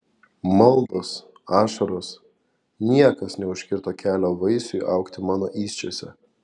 maldos ašaros niekas neužkirto kelio vaisiui augti mano įsčiose